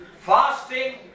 fasting